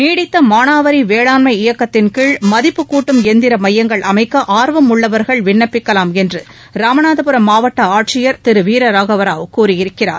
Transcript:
நீடித்த மானாவரி வேளாண்மை இயக்கத்தின் கீழ் மதிப்புக்கூட்டும் எந்திர மையங்கள் அமைக்க ஆர்வம் உள்ளவர்கள் விண்ணப்பிக்கலாம் என்றும் ராமநாதபுர மாவட்ட ஆட்சியர் திரு கோ வீரராகவ ராவ் கூறியிருக்கிறார்